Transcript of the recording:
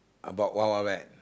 about Wild-Wild-Wet